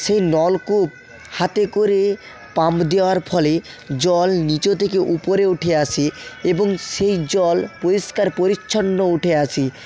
সেই নলকূপ হাতে করে পাম্প দেওয়ার ফলে জল নীচ থেকে উপরে উঠে আসে এবং সেই জল পরিষ্কার পরিচ্ছন্ন উঠে আসে